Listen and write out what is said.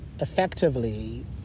effectively